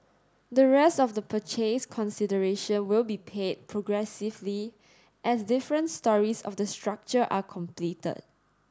the rest of the purchase consideration will be paid progressively as different storeys of the structure are completed